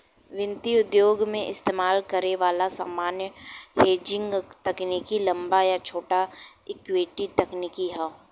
वित्तीय उद्योग में इस्तेमाल करे वाला सामान्य हेजिंग तकनीक लंबा या छोटा इक्विटी तकनीक हौ